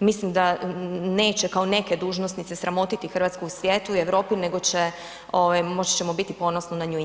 mislim da neće kao neke dužnosnice sramotiti RH u svijetu i Europi, nego će, moći ćemo biti ponosni na nju i njen rad.